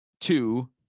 two